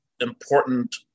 important